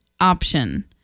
option